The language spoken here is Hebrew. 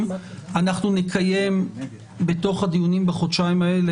נקיים בתוך הדיונים בחודשיים האלה,